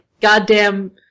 goddamn